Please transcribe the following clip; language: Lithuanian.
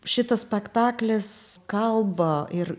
šitas spektaklis kalba ir